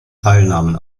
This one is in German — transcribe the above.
teilnahmen